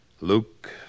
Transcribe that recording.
Luke